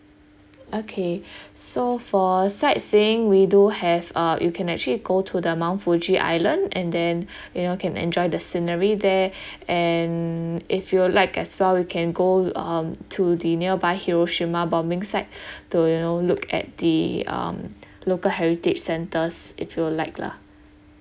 okay so for sightseeing we do have uh you can actually go to the mount fuji island and then you know can enjoy the scenery there and if you like as well you can go um to the nearby hiroshima bombing site to you know look at the um local heritage centres if you'd like lah